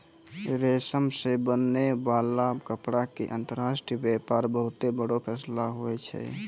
रेशम से बनै वाला कपड़ा के अंतर्राष्ट्रीय वेपार बहुत बड़ो फैलाव हुवै छै